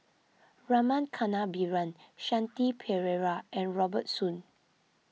Rama Kannabiran Shanti Pereira and Robert Soon